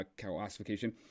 classification